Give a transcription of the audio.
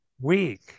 Weak